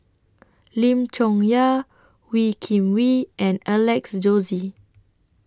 Lim Chong Yah Wee Kim Wee and Alex Josey